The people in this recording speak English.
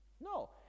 No